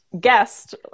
guest